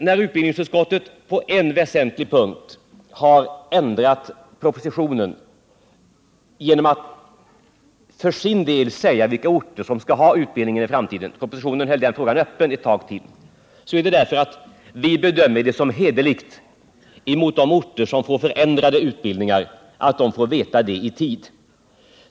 När utbildningsutskottet på en väsentlig punkt har ändrat i propositionens förslag genom att nämna vilka orter som skall ha utbildningen — i propositionen ville man hålla frågan öppen ytterligare en tid — är skälet det att vi bedömer det som hederligt mot de orter som får förändrade utbildningar att de får veta detta i tid.